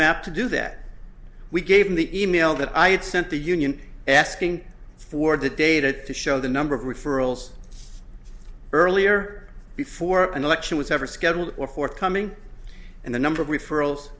map to do that we gave him the e mail that i had sent the union asking for the data to show the number of referrals earlier before an election was ever scheduled or forthcoming and the number of referrals